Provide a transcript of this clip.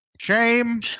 shame